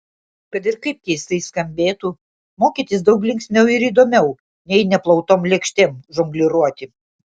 kad ir kaip keistai skambėtų mokytis daug linksmiau ir įdomiau nei neplautom lėkštėm žongliruoti